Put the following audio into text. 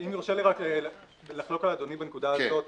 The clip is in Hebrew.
אם יורשה לי רק לחלוק על אדוני בנקודה הזאת,